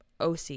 oc